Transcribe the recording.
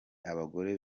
abagore